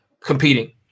competing